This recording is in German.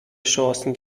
chancen